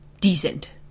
decent